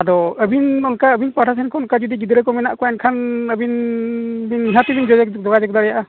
ᱟᱫᱚ ᱟᱹᱵᱤᱱ ᱚᱱᱠᱟ ᱟᱹᱵᱤᱱ ᱯᱟᱦᱴᱟᱥᱮᱱ ᱠᱷᱚᱱ ᱚᱱᱠᱟ ᱜᱤᱫᱽᱨᱟᱹᱠᱚ ᱡᱩᱫᱤ ᱢᱮᱱᱟᱜ ᱠᱚᱣᱟ ᱮᱱᱠᱷᱟᱱ ᱟᱹᱵᱤᱱᱵᱤᱱ ᱱᱤᱦᱟᱹᱛᱤ ᱵᱤᱱ ᱡᱳᱜᱟᱡᱳᱜᱽ ᱫᱟᱲᱮᱭᱟᱜᱼᱟ